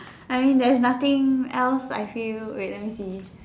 I mean there's nothing else I feel wait let me see